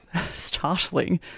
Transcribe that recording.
startling